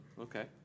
okay